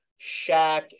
Shaq